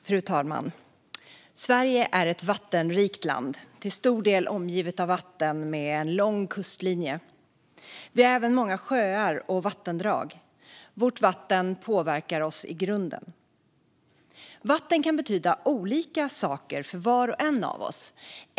Fru talman! Sverige är ett vattenrikt land. Vi är till stor del omgivna av vatten genom en lång kustlinje, och vi har även många sjöar och vattendrag. Vårt vatten påverkar oss i grunden. Vatten kan betyda olika saker för var och en av oss.